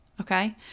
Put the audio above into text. okay